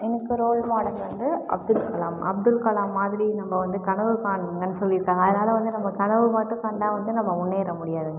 எனக்கு role model வந்து அப்துல்கலாம் அப்துல்கலாம் மாதிரி நம்ப வந்து கனவு காணுங்கன்னு சொல்லிருக்காங்க அதனால் வந்து நம்ப கனவு மட்டும் கண்டா வந்து நம்ப முன்னேற முடியாதுங்க